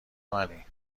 منی